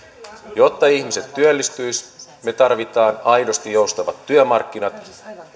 jotta ihmiset työllistyisivät me tarvitsemme aidosti joustavat työmarkkinat